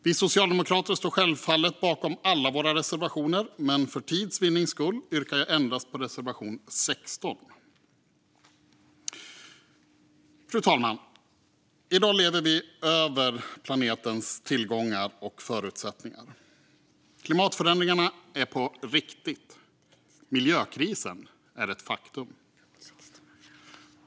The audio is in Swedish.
Vi socialdemokrater står självfallet bakom alla våra reservationer, men för tids vinnande yrkar jag bifall endast till reservation 30. Fru talman! I dag lever vi över planetens tillgångar och förutsättningar. Klimatförändringarna är på riktigt, och miljökrisen är ett faktum.